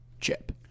chip